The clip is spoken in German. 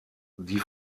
die